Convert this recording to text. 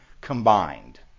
combined